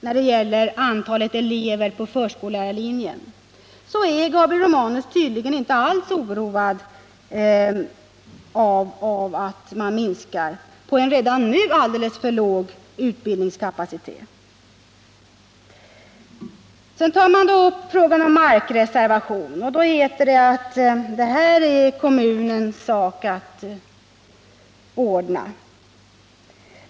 När det gäller antalet elever på förskollärarlinjen är Gabriel Romanus tydligen inte alls oroad av att man minskar en redan nu alldeles för låg utbildningskapacitet. Så tar statsrådet upp frågan om markreservation, och då heter det att det är kommunens sak att ordna den.